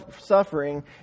suffering